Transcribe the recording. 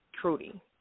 Trudy